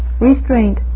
restraint